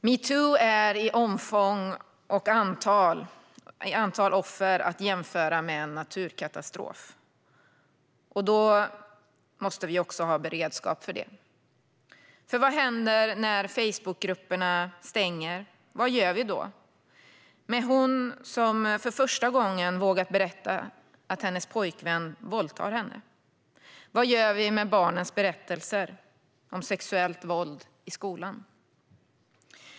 Metoo är i omfång och antal offer att jämföra med en naturkatastrof. Då måste vi också ha beredskap för det. Vad händer när Facebookgrupperna stänger? Vad gör vi då? Vad gör vi med den unga kvinna som för första gången har vågat berätta att hennes pojkvän våldtar henne? Vad gör vi med barnens berättelser om sexuellt våld i skolan?